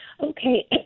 okay